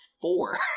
four